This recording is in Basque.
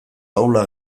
ahulak